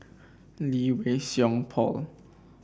Lee Wei Song Paul